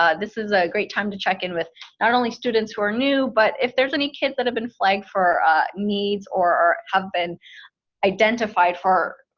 ah this is a great time to check in with not only students who are new, but if there's any kids that have been flagged for needs, or have been identified for,